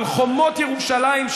על חומות ירושלים.